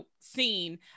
scene